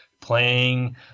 playing